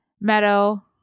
Meadow